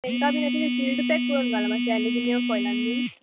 तेंकां बीन अशें सिल्ड पॅक करून घालना मातशें एल्युमिनीयम फॉयलान बीन